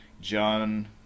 John